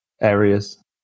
areas